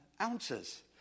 ounces